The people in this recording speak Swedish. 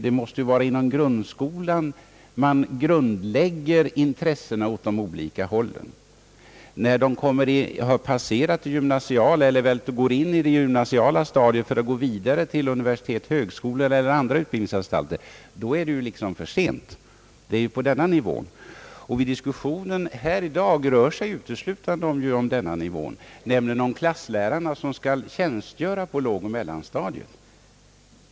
Det måste vara inom grundskolan som man grundlägger intressena åt de olika hållen. När ungdomarna kommer till det gymnasiala stadiet eller går vidare till universitet, högskolor och andra utbildningsanstalter är det för sent. Diskussionen här i dag rör sig uteslutande om grundsko lans nivå, nämligen om klasslärarna som skall tjänstgöra på lågoch mellanstadiet.